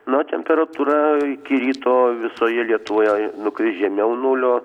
na temperatūra iki ryto visoje lietuvoje nukris žemiau nulio